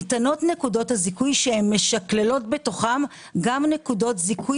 ניתנות נקודות הזיכוי שמשקללות בתוכן גם נקודות מיסוי